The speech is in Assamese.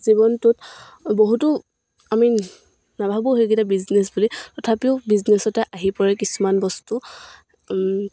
জীৱনটোত বহুতো আমি নাভাবোঁ সেইকেইটা বিজনেছ বুলি তথাপিও বিজনেছতে আহি পৰে কিছুমান বস্তু